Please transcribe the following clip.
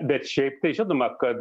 bet šiaip tai žinoma kad